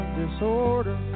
disorder